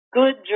good